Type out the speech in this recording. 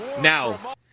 Now